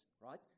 right